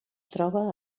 troba